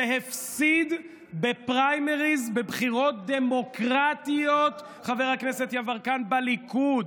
שהפסיד בפריימריז בבחירות דמוקרטיות בליכוד,